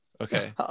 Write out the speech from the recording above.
Okay